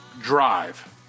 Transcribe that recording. Drive